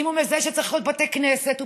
אם הוא מזהה שצריך עוד בתי כנסת,